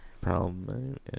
problem